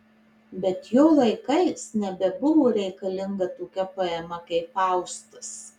bet jo laikais nebebuvo reikalinga tokia poema kaip faustas